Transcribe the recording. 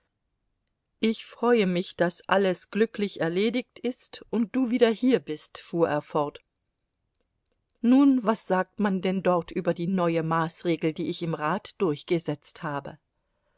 ich freue mich daß alles glücklich erledigt ist und du wieder hier bist fuhr er fort nun was sagt man denn dort über die neue maßregel die ich im rat durchgesetzt habe